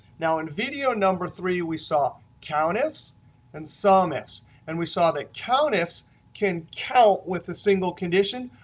now, in video number three we saw countifs and sumifs and we saw that countifs can count with a single condition.